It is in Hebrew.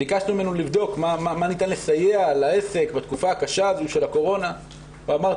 ביקשתי לדעת במה ניתן לסייע לעסק בתקופה הקשה הזאת של הקורונה והוא אמר,